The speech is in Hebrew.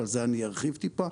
ועל זה אני ארחיב טיפה,